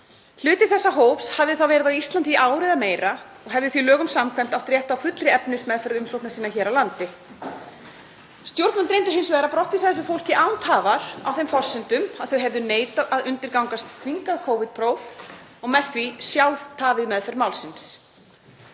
Hluti þessa hóps hafði verið á Íslandi í ár eða meira og hefði því lögum samkvæmt átt rétt á fullri efnismeðferð umsóknar sinnar hér á landi. Stjórnvöld reyndu hins vegar að brottvísa þessu fólki án tafar á þeim forsendum að þau hefðu neitað að undirgangast þvingað Covid-próf og með því sjálf tafið meðferð málsins.